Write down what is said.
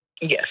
Yes